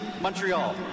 Montreal